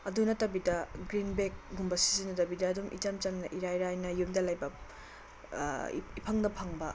ꯑꯗꯨ ꯅꯠꯇꯕꯤꯗ ꯒ꯭ꯔꯤꯟ ꯕꯦꯛꯀꯨꯝꯕ ꯁꯤꯖꯤꯟꯅꯗꯕꯤꯗ ꯑꯗꯨꯝ ꯏꯆꯝ ꯆꯝꯅ ꯏꯔꯥꯏ ꯂꯥꯏꯅ ꯌꯨꯝꯗ ꯂꯩꯕ ꯏꯐꯪꯗ ꯐꯪꯕ